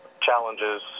challenges